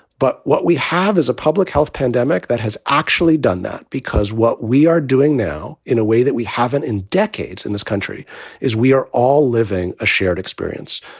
but what we have is a public health pandemic that has actually done that, because what we are doing now in a way that we haven't in decades in this country is we are all living a shared experience.